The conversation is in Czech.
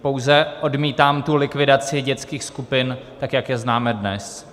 Pouze odmítám likvidaci dětských skupin tak, jak je známe dnes.